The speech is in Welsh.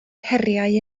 heriau